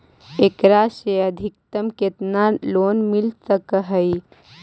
एकरा से अधिकतम केतना लोन मिल सक हइ?